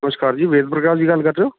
ਨਮਸਕਾਰ ਜੀ ਵੇਦ ਪ੍ਰਕਾਸ਼ ਦੀ ਗੱਲ ਕਰ ਰਹੇ ਹੋ